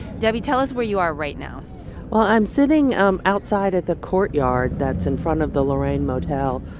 debbie, tell us where you are right now well, i'm sitting um outside at the courtyard that's in front of the lorraine motel,